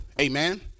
amen